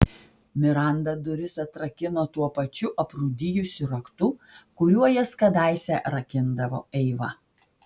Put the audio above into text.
miranda duris atrakino tuo pačiu aprūdijusiu raktu kuriuo jas kadaise rakindavo eiva